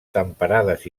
temperades